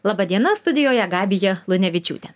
laba diena studijoje gabija lunevičiūtė